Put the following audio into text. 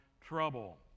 trouble